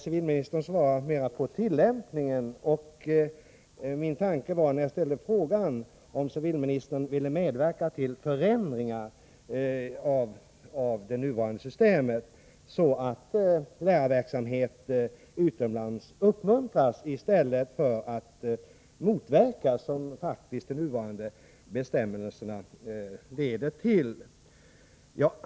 Civilministern svarar mer på frågan om tillämpningen, medan min avsikt med interpellationen var att fråga om civilministern ville medverka till förändringar av det nuvarande systemet, så att lärarverksamhet utomlands uppmuntras i stället för att motverkas, något som de nuvarande bestämmelserna faktiskt leder till.